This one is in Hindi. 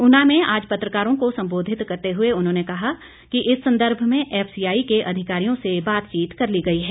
ऊना में आज पत्रकारों को सम्बोधित करते हुए उन्होंने कहा कि इस संदर्भ में एफसीआई के अधिकारियों से बातचीत कर ली गई है